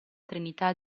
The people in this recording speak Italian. trinità